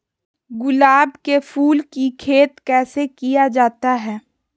गुलाब के फूल की खेत कैसे किया जाता है?